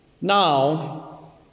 now